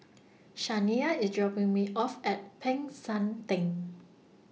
Shaniya IS dropping Me off At Peck San Theng